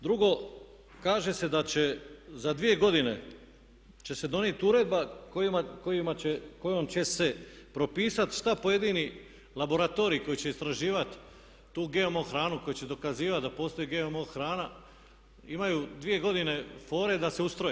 Drugo, kaže se da će za dvije godine će se donijeti uredba kojom će se propisati šta pojedini laboratoriji koji će istraživat tu GMO hranu, koji će dokazivat da postoji GMO hrana, imaju dvije godine fore da se ustroje.